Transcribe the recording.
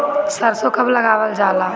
सरसो कब लगावल जाला?